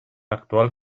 actual